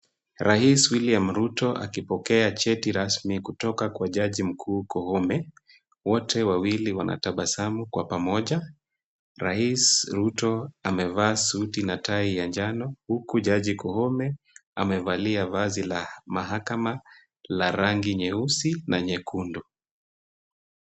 Rais William Ruto akipokea cheti rasmi kutoka kwa jaji mkuu Koome, wote wawili wanatabasamu kwa pamoja. Rais Ruto amevaa suti na tai ya njano huku jaji Koome avevalia vazi la mahakama la rangi nyeusi na nyekundu.